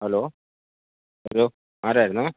hello hello ആരായിരുന്നു